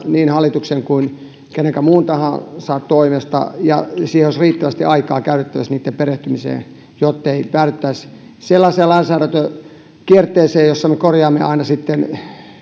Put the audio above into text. niin hallituksen kuin kenenkä muun tahansa toimesta ja niihin perehtymiseen olisi riittävästi aikaa käytettävissä jottei päädyttäisi sellaiseen lainsäädäntökierteeseen jossa me korjaamme aina sitten